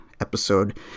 episode